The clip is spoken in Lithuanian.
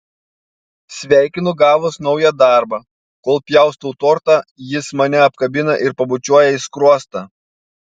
sveikinu gavus naują darbą kol pjaustau tortą jis mane apkabina ir pabučiuoja į skruostą